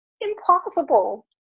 impossible